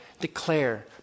declare